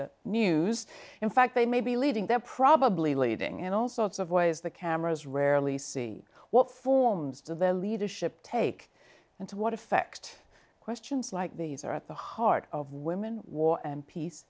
the news in fact they may be leading they're probably leading in all sorts of ways the cameras rarely see what forms their leadership take and to what effect questions like these are at the heart of women war and peace